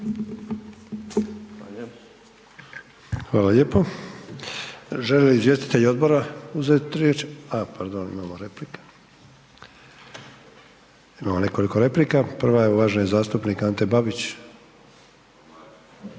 Hvala lijepo. Žele li izvjestitelji odbora uzeti riječ? A pardon, imamo replika. Imamo nekoliko replika, prva je uvaženi zastupnik Ante Babić.